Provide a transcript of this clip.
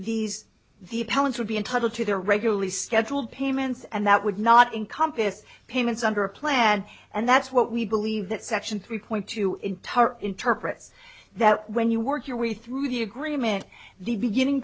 these the parents would be entitled to their regularly scheduled payments and that would not in compas payments under a plan and that's what we believe that section three point two in tar interprets that when you work your way through the agreement the beginning